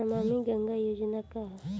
नमामि गंगा योजना का ह?